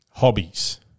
Hobbies